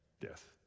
death